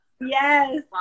yes